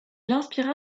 inspira